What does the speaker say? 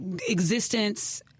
existence